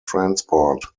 transport